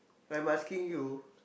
I'm asking you